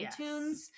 iTunes